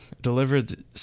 delivered